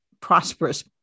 prosperous